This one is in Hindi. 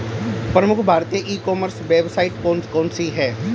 प्रमुख भारतीय ई कॉमर्स वेबसाइट कौन कौन सी हैं?